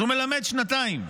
אז הוא מלמד שנתיים.